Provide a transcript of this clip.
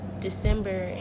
December